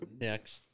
next